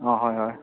অঁ হয় হয়